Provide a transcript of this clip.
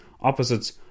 opposites